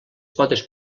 potes